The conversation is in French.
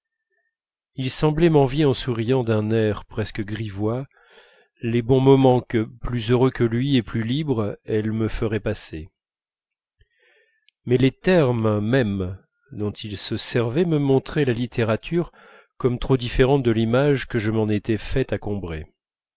il semblait m'envier en souriant d'un air presque grivois les bons moments que plus heureux que lui et plus libre elle me ferait passer mais les termes mêmes dont il se servait me montraient la littérature comme trop différente de l'image que je m'en étais faite à combray